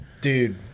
Dude